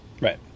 Right